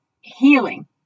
healing